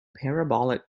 parabolic